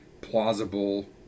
plausible